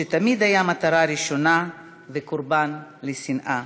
שתמיד היה מטרה ראשונה וקורבן לשנאה.